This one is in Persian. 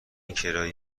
کرایه